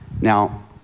Now